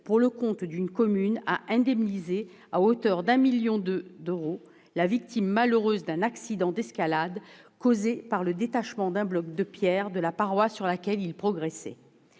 pour le compte d'une commune, à indemniser à hauteur d'un million d'euros la victime malheureuse d'un accident d'escalade causé par le détachement d'un bloc de pierre de la paroi sur laquelle il progressait.